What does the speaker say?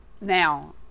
Now